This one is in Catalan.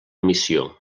missió